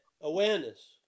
Awareness